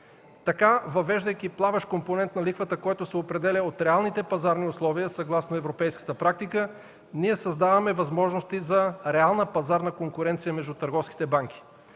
Така, въвеждайки плаващ компонент на лихвата, който се определя от реалните пазарни условия, съгласно европейската практика ние създаваме възможности за реална пазарна конкуренция между търговските банки.